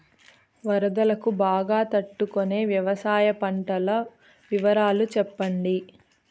వరదలకు బాగా తట్టు కొనే వ్యవసాయ పంటల వివరాలు చెప్పండి?